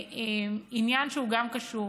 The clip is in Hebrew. לעניין שגם הוא קשור